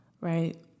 Right